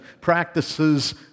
practices